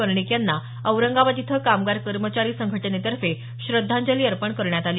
कर्णिक यांना औरंगाबाद इथं कामगार कर्मचारी संघटनेतर्फे श्रध्दांजली अर्पण करण्यात आली